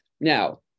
Now